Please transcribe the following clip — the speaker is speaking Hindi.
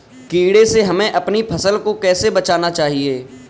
कीड़े से हमें अपनी फसल को कैसे बचाना चाहिए?